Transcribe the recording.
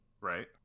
Right